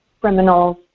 criminals